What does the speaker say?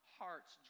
hearts